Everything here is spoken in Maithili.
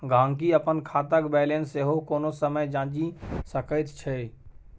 गहिंकी अपन खातक बैलेंस सेहो कोनो समय जांचि सकैत छै